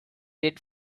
did